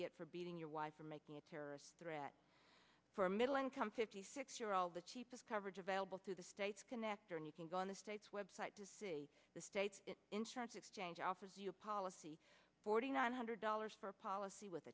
get for beating your wife for making a terrorist threat for middle income fifty six year old the chief of coverage available through the state's connector and you can go on the state's website to see the state's insurance exchange alpha's your policy forty nine hundred dollars for a policy with